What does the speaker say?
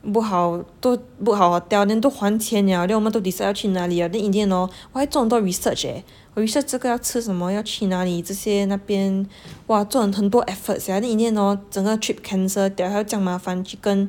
book 好都 book 好 hotel then 都还钱 liao then 我们都 decide 要去哪里 liao then in the end hor !wah! 还做很多 research eh 我 research 这个要吃什么要去哪里这些那边 !wah! 做很多 effort sia then in the end hor 整个 trip cancel 掉还要这样麻烦去跟